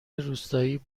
روستایی